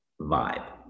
vibe